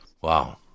Wow